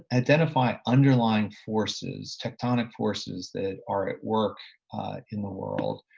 identify underlying forces, tectonic forces that are at work in the world,